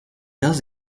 does